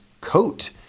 coat